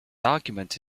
argument